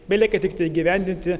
belieka tiktai įgyvendinti